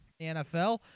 NFL